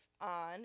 on